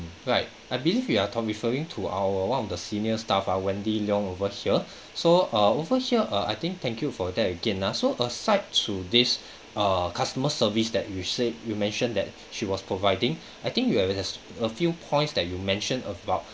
right I believe you are talk referring to our one of the senior staff ah wendy leong over here so uh over here uh I think thank you for that again ah so aside to this err customer service that you said you mentioned that she was providing I think you have it has a few points that you mentioned about